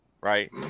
Right